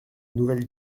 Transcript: nouvelles